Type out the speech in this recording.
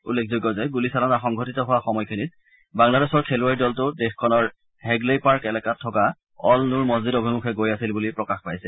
উল্লেখযোগ্য যে গুলীচালনা সংঘটিত হোৱা সময়খিনিত বাংলাদেশৰ খেলুৱৈৰ দলটো দেশখনৰ হেগ্লেইপাৰ্ক এলেকাত থকা অল নুৰ মছজিদ অভিমুখে গৈ আছিল বুলি প্ৰকাশ পাইছে